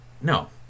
no